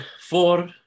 four